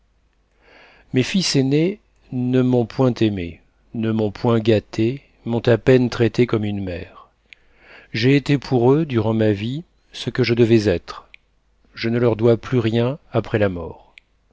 mes fils aînés ne m'ont point aimée ne m'ont point gâtée m'ont à peine traitée comme une mère j'ai été pour eux durant ma vie ce que je devais être je ne leur dois plus rien après ma mort